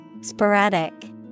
Sporadic